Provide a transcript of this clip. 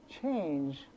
change